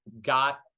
got